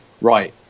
right